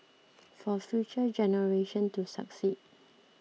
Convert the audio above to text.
for future generation to succeed